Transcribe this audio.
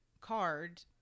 card